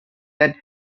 that